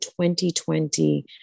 2020